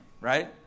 right